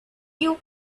you